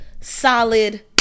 solid